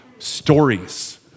Stories